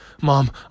Mom